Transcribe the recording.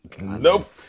nope